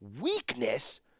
Weakness